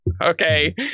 Okay